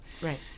Right